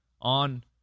on